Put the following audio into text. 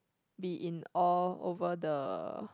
be in awe over the